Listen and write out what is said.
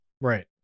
right